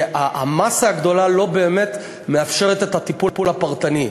כי המאסה הגדולה לא באמת מאפשרת את הטיפול הפרטני.